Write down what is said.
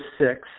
six